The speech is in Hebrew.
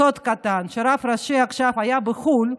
סוד קטן: כשהרב הראשי עכשיו היה בחו"ל,